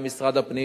עם משרד הפנים,